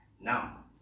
now